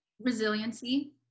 resiliency